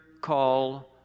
call